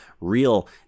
real